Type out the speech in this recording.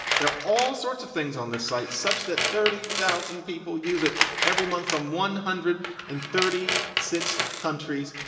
there are all sorts of things on the site such that thirty thousand people use it every month from one hundred and thirty six countries.